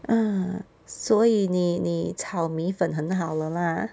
ah 所以你你炒米粉很好了 lah